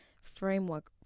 framework